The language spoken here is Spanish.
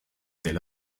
del